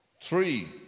Three